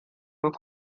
dut